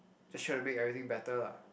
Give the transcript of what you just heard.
just try to make everything better lah